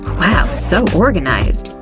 wow, so organized!